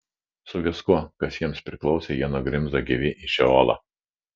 su viskuo kas jiems priklausė jie nugrimzdo gyvi į šeolą